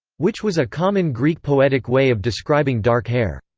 which was a common greek poetic way of describing dark hair.